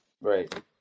right